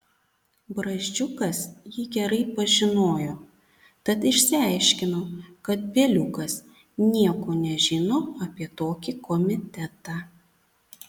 barzdžiukas jį gerai pažinojo tad išsiaiškino kad bieliukas nieko nežino apie tokį komitetą